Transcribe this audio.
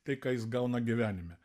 tai ką jis gauna gyvenime